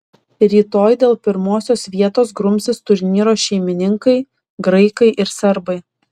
rytoj dėl pirmosios vietos grumsis turnyro šeimininkai graikai ir serbai